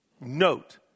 Note